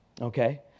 Okay